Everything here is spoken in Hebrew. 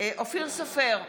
אופיר סופר,